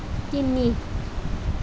তিনি